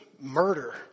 murder